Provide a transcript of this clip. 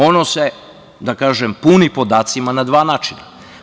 Ono se, da kažem, puni podacima na dva načina.